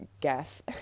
guess